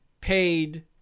paid